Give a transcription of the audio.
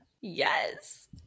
Yes